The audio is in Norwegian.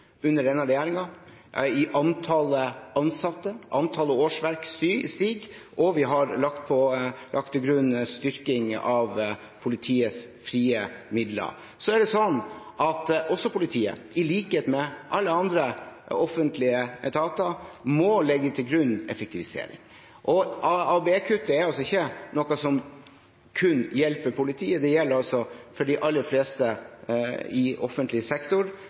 under denne regjeringen – det gjelder antall ansatte, antall årsverk stiger, og vi har lagt til grunn styrking av politiets frie midler. Også politiet, i likhet med alle andre offentlige etater, må legge til grunn effektivisering. ABE-kutt er ikke noe som kun gjelder politiet, det gjelder for de aller fleste i offentlig sektor,